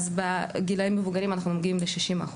בגילאים מבוגרים אנחנו מגיעים ל-60%,